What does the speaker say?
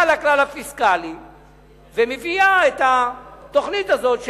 על הכלל הפיסקלי ומביאה את התוכנית הזאת,